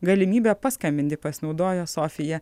galimybe paskambinti pasinaudojo sofija